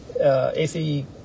AC